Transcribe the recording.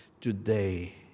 today